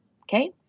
Okay